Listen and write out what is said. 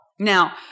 Now